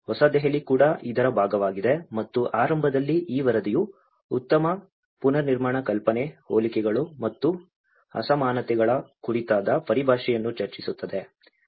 ಹೊಸ ದೆಹಲಿ ಕೂಡ ಇದರ ಭಾಗವಾಗಿದೆ ಮತ್ತು ಆರಂಭದಲ್ಲಿ ಈ ವರದಿಯು ಉತ್ತಮ ಪುನರ್ನಿರ್ಮಾಣ ಕಲ್ಪನೆ ಹೋಲಿಕೆಗಳು ಮತ್ತು ಅಸಮಾನತೆಗಳ ಕುರಿತಾದ ಪರಿಭಾಷೆಯನ್ನು ಚರ್ಚಿಸುತ್ತದೆ